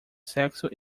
sexo